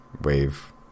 wave